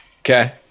Okay